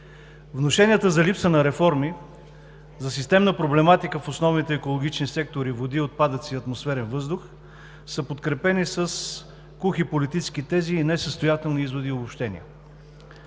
Внушенията за липса на реформи, за системна проблематика в основните екологични сектори – води, отпадъци и атмосферен въздух, са подкрепени с кухи политически тези, несъстоятелни изводи и обобщения.